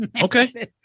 Okay